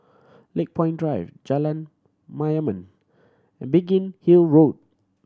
Lakepoint Drive Jalan Mayaanam and Biggin Hill Road